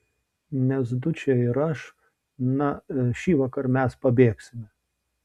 nes dučė ir aš na šįvakar mes pabėgsime